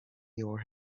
your